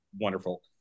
wonderful